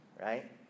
right